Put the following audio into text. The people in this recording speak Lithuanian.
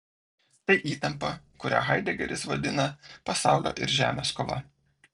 tai įtampa kurią haidegeris vadina pasaulio ir žemės kova